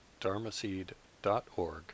dharmaseed.org